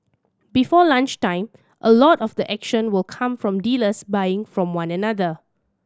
before lunchtime a lot of the action will come from dealers buying from one another